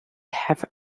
have